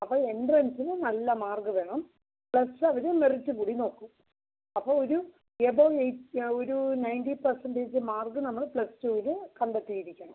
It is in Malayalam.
അപ്പോൾ എൻട്രൻസിന് നല്ല മാർക്ക് വേണം പ്ലസ് വണ്ണിന് മെറിറ്റ് കൂടി നോക്കും അപ്പോൾ ഒരു എബോവ് എയ്റ്റി ആ ഒരു നൈൻറ്റി പെർസെൻറ്റേജ് മാർക്ക് നമ്മൾ പ്ലസ് ടുന് കണ്ടെത്തി ഇരിക്കണം